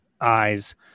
eyes